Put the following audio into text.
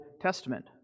Testament